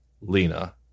Lena